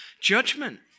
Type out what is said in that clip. judgment